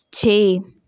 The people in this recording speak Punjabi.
ਛੇ